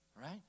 right